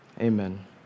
Amen